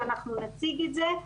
ואנחנו נציג את זה,